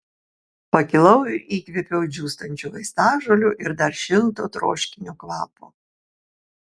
pakilau ir įkvėpiau džiūstančių vaistažolių ir dar šilto troškinio kvapo